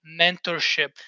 mentorship